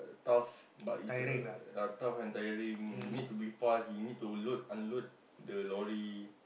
tough but is a tough ya tough and tiring you need to be fast we need to load unload the lorry